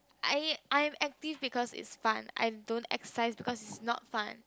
I I'm active because it's fun I don't exercise because it's not fun